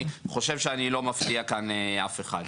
אני לא חושב שאני מפתיע כאן אף אחד.